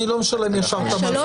אני לא משלם ישר את הקנס,